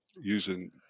using